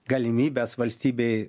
galimybes valstybei